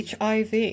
HIV